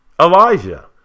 Elijah